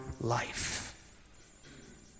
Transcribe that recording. life